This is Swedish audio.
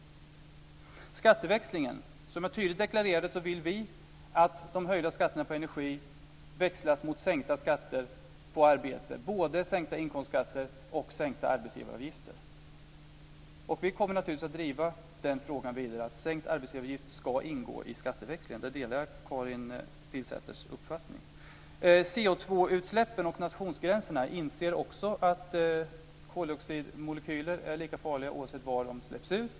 När det gäller skatteväxlingen vill vi, som jag tydligt deklarerade, att de höjda skatterna på energi växlas mot sänkta skatter på arbete, både sänkta inkomstskatter och sänkta arbetsgivaravgifter. Vi kommer naturligtvis att driva frågan vidare att sänkt arbetsgivaravgift ska ingå i skatteväxlingen. Där delar jag Karin Pilsäters uppfattning. När det gäller CO2-utsläppen och nationsgränserna inser också jag att koldioxidmolekyler är lika farliga oavsett var de släpps ut.